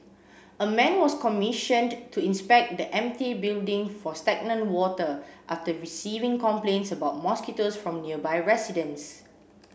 a man was commissioned to inspect the empty building for stagnant water after receiving complaints about mosquitoes from nearby residents